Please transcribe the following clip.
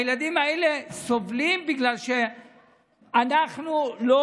הילדים האלה סובלים בגלל שאנחנו לא